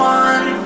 one